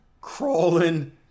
crawling